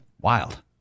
Wild